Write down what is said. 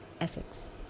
ethics